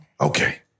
Okay